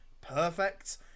perfect